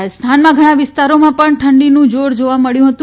રાજસ્થાનમાં ઘણાં વિસ્તારોમાં પણ ઠંડીનું જોર જોવા મબ્યું છે